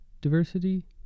Diversity